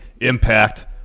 Impact